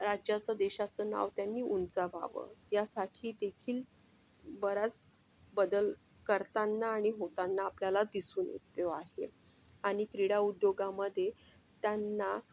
राज्याचं देशाचं नाव त्यांनी उंचावावं यासाठी देखील बराच बदल करताना आणि होताना आपल्याला दिसून येतो आहे आणि क्रीडा उद्योगामध्ये त्यांना